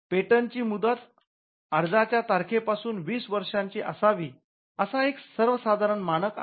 पेटंटची मुदत अर्जाच्या तारखेपासून वीस वर्षांची असावी असा एक सर्वसाधारण मानक आहे